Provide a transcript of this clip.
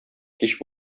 кич